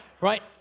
right